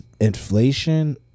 inflation